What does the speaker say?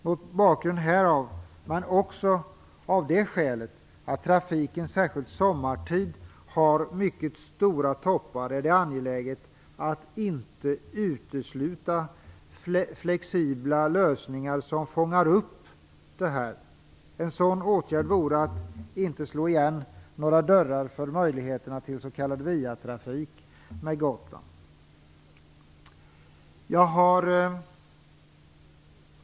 Mot bakgrund härav - men också av det skälet att trafiken, särskilt sommartid - har mycket stora toppar är det angeläget att inte utesluta flexibla lösningar som fångar upp det här. En sådan åtgärd vore att inte slå igen några dörrar för möjligheterna till s.k. viatrafik med Gotland.